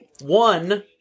One